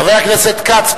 חבר הכנסת כץ,